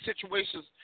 situation's